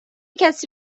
کسی